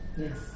Yes